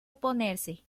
oponerse